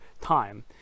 time